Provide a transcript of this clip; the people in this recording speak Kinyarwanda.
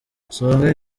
songa